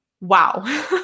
wow